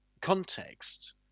context